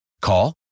Call